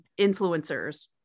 influencers